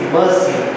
mercy